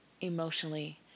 emotionally